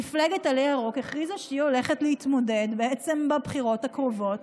מפלגת עלה ירוק הכריזה שהיא הולכת להתמודד בבחירות הקרובות.